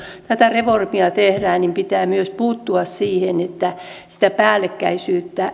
tätä reformia tehdään niin pitää myös puuttua siihen että sitä päällekkäisyyttä